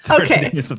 okay